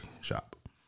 shop